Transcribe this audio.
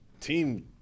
team